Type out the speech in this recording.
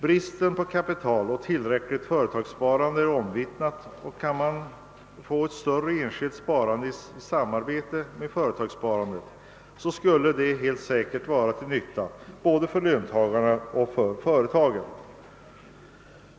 Bristen på kapital och på tillräckligt företagssparande är omwittnad, och kunde man få ett större enskilt sparande i samarbete med företagssparandet, skulle det helt säkert vara till nytta för både löntagarna och företagen.